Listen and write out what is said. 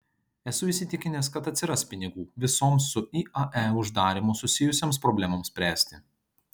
esu įsitikinęs kad atsiras pinigų visoms su iae uždarymu susijusioms problemoms spręsti